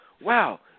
Wow